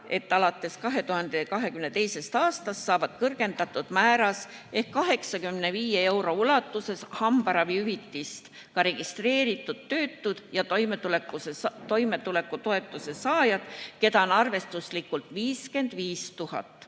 et alates 2022. aastast saavad kõrgendatud määras ehk 85 euro ulatuses hambaravihüvitist ka registreeritud töötud ja toimetulekutoetuse saajad, keda on arvestuslikult 55 000.